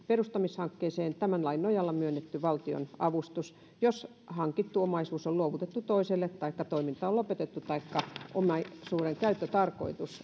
perustamishankkeeseen tämän lain nojalla myönnetty valtionavustus jos hankittu omaisuus on luovutettu toiselle taikka toiminta on lopetettu taikka omaisuuden käyttötarkoitus